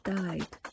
died